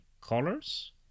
colors